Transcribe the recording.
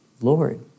Lord